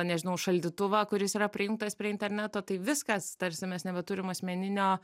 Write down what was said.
nežinau šaldytuvą kuris yra prijungtas prie interneto tai viskas tarsi mes nebeturim asmeninio